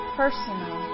personal